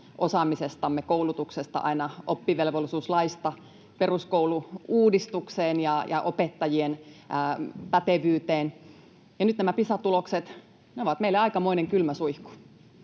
osaamisestamme, koulutuksesta aina oppivelvollisuuslaista peruskoulu-uudistukseen ja opettajien pätevyyteen, ja nyt nämä Pisa-tulokset ovat meille aikamoinen kylmä suihku.